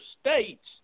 states